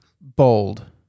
Bold